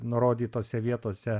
nurodytose vietose